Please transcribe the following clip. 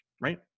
right